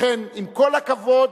לכן, עם כל הכבוד,